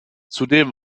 zudem